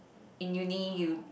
in uni you